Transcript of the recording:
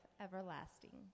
everlasting